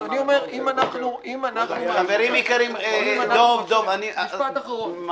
משפט אחרון.